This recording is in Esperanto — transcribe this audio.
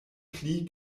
pli